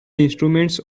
instruments